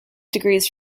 degrees